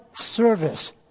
service